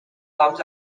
comes